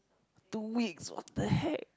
two weeks what the heck